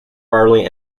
barley